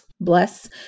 bless